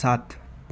सात